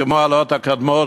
כמו ההעלאות הקודמות,